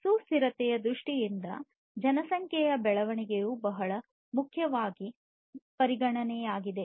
ಸುಸ್ಥಿರತೆಯ ದೃಷ್ಟಿಯಿಂದ ಜನಸಂಖ್ಯೆಯ ಬೆಳವಣಿಗೆ ಬಹಳ ಮುಖ್ಯವಾದ ಪರಿಗಣನೆಯಾಗಿದೆ